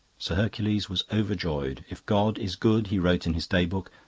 sir hercules was overjoyed. if god is good he wrote in his day-book,